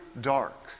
dark